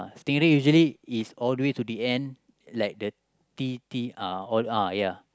stingray usually is all the way to the end like the T T uh ya